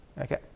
Okay